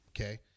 okay